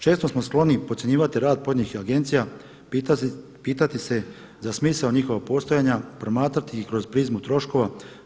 Često smo skloni podcjenjivati rad pojedinih agencija, pitati se za smisao njihovog postojanja, promatrati ih kroz prizmu troškova.